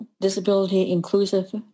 disability-inclusive